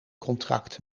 contract